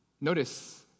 Notice